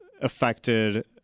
affected